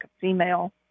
female